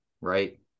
right